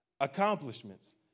Accomplishments